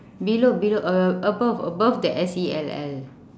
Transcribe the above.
below below uh above above the S E L L